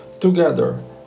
together